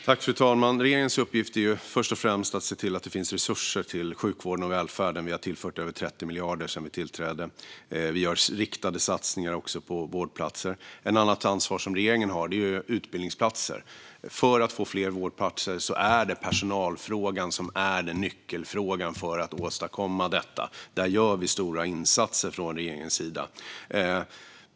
Fru talman! Regeringens uppgift är ju först och främst att se till att det finns resurser till sjukvården och välfärden. Vi har tillfört över 30 miljarder sedan vi tillträdde. Vi gör också riktade satsningar på vårdplatser. Ett annat ansvar som regeringen har är utbildningsplatser. Det är personalfrågan som är nyckelfrågan för att få fler vårdplatser. Där gör vi stora insatser från regeringens sida.